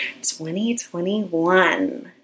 2021